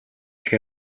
che